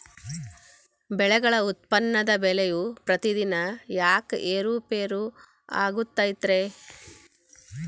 ಬೆಳೆಗಳ ಉತ್ಪನ್ನದ ಬೆಲೆಯು ಪ್ರತಿದಿನ ಯಾಕ ಏರು ಪೇರು ಆಗುತ್ತೈತರೇ?